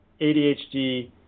adhd